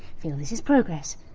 feel this is progress.